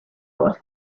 got